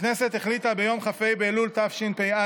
הכנסת החליטה ביום כ"ה באלול תשפ"א,